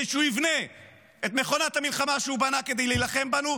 שהוא יבנה את מכונת המלחמה שהוא בנה כדי להילחם בנו,